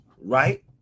right